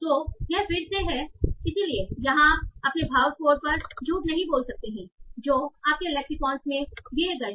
तो यह फिर से है इसलिए यहां आप अपने भाव स्कोर पर झूठ नहीं बोल सकते हैं जो आपके लेक्सिकॉन में दिए गए हैं